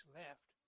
left